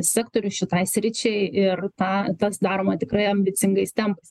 sektoriui šitai sričiai ir tą tas daroma tikrai ambicingais tempais